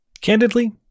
Candidly